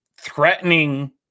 threatening